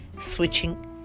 switching